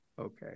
Okay